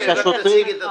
רק תציג את עצמך.